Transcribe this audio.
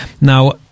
Now